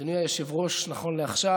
אדוני היושב-ראש נכון לעכשיו,